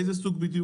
איזה סוג בדיוק